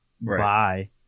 Bye